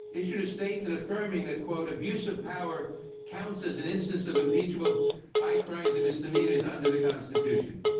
issued a statement affirming that quote, abuse of power counts as an instance of impeachable high crimes and misdemeanors, under the constitution.